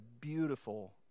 beautiful